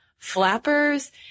flappers